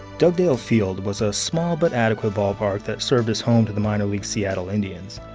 dugdale field was a small but adequate ballpark that served as home to the minor league seattle indians.